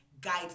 guide